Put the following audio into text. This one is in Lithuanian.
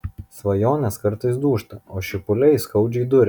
svajonės kartais dūžta o šipuliai skaudžiai duria